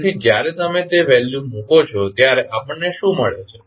તેથી જ્યારે તમે તે વેલ્યુ મૂકો છો ત્યારે આપણને શું મળે છે